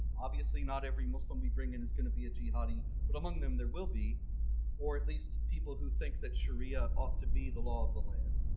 obviously, not every muslim we bring in is going to be a jihadi but among them there will be or at least people who think that sharia ought to be the law of the land.